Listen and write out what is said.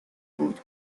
بود